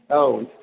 औ